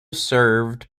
served